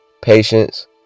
patience